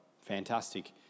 fantastic